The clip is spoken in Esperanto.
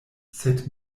sed